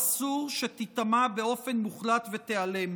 אסור שתיטמע באופן מוחלט ותיעלם.